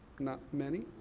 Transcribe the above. not many,